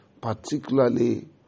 particularly